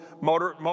motor